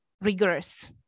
rigorous